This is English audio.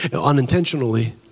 unintentionally